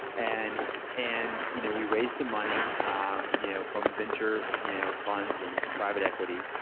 and and you know we raised some money um you know from venture you know funds and some private equity,